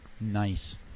Nice